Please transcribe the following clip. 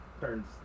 turns